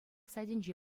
сайтӗнче